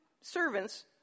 servants